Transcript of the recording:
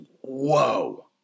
whoa